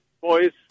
boys